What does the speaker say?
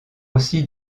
aussi